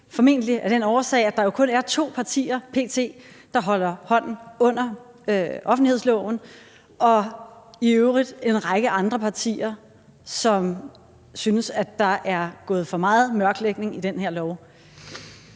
formentlig af den årsag, at der jo p.t. kun er to partier, der holder hånden under offentlighedsloven, og i øvrigt en række andre partier, som synes, at der er gået for meget mørklægning i den her lov.